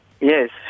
yes